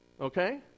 Okay